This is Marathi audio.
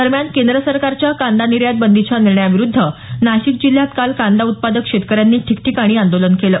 दरम्यान केंद्र सरकारच्या कांदा निर्यात बंदीच्या निर्णयाविरुद्ध नाशिक जिल्ह्यात कांदा उत्पादक शेतकऱ्यांनी काल ठिकठिकाणी आंदोलनं केली